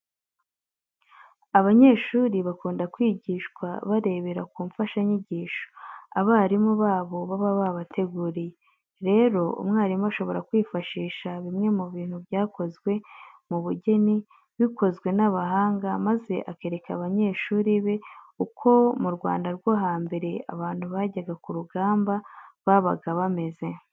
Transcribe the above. Abanyeshuri bakunda kwigishwa barebera ku mfashanyigisho abarimu babo baba babateguriye. Rero umwarimu ashobora kwifashisha bimwe mu bintu byakozwe mu bugeni bikozwe n'abahanga maze akereka abanyeshuri be uko mu Rwanda rwo hambere abantu bajyaga ku rugamba babaga bameze.